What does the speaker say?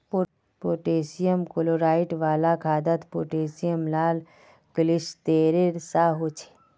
potassium chloride वाला खादोत potassium लाल क्लिस्तेरेर सा होछे